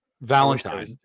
Valentine